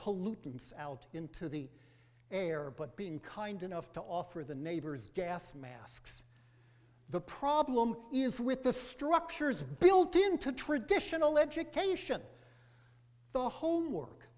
pollutants out into the air but being kind enough to offer the neighbors gas masks the problem is with the structures built into traditional education the homework